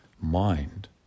mind